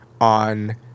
on